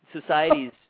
societies